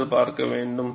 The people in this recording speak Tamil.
என்று பார்க்க வேன்டும்